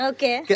Okay